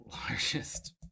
largest